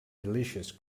delicious